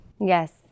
Yes